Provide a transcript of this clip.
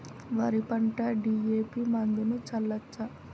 వరి పంట డి.ఎ.పి మందును చల్లచ్చా?